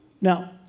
Now